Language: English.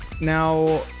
now